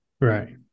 Right